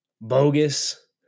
bogus